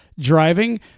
driving